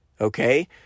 Okay